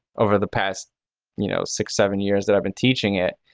over the past you know, six seven years that i've been teaching it,